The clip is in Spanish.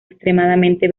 extremadamente